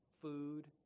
Food